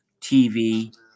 TV